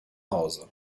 hause